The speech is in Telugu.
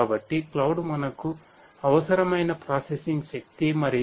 కాబట్టి క్లౌడ్ ఇస్తుంది